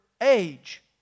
age